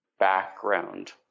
background